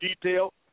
detail